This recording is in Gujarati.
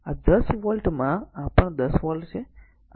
તેથી આ 10 વોલ્ટ માં આ પણ 10 વોલ્ટ છે